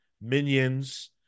minions